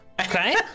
Okay